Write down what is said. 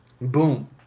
boom